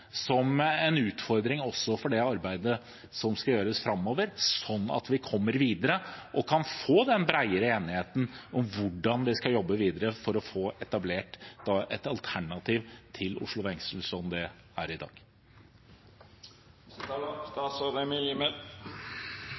som en utfordring til det arbeidet som skal gjøres framover, slik at vi kommer videre og kan få den bredere enigheten om hvordan vi skal jobbe for å få etablert et alternativ til Oslo fengsel som det er i dag.